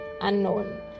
unknown